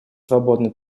свободной